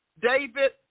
David